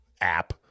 app